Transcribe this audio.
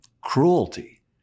cruelty